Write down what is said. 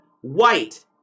white